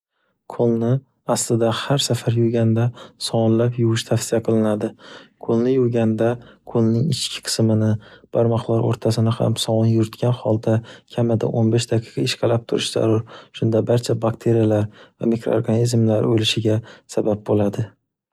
Qo'lni aslida har safar yuvganda sovunlab yuvish tavsiya qilinadi. Qo'lni yuvganda qo'lning ichki qismini, barmoqlar o'rtasini ham sovun yurtgan holda kamida o'n besh daqiqa ishqalab turish zarur, shunda barcha bakteriyalar va mikroorganizmlar o'lishiga sabab bo'ladi.